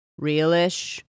realish